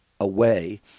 away